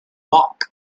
walk